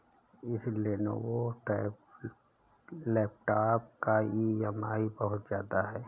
इस Lenovo laptop का EMI बहुत ज्यादा है